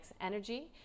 Energy